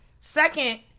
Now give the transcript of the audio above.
Second